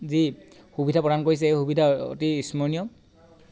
যি সুবিধা প্ৰদান কৰিছে সেই সুবিধা অতি স্মৰণীয়